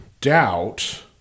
doubt